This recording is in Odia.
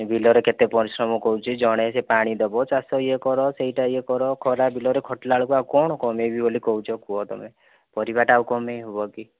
ବିଲ ରେ କେତେ ପରିଶ୍ରମ କରୁଛି ଜଣେ ସେ ପାଣି ଦେବ ଚାଷ ଇଏ କର ସେଇଟା ଇଏ କର ଖରା ବିଲରେ ଖଟିଲା ବେଳକୁ ଆଉ କଣ କମେଇବି ବୋଲି କହୁଛ କୁହ ତମେ ପରିବାଟା ଆଉ କମେଇ ହେବକି